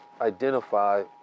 identify